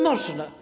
Można.